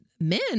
men